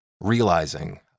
realizing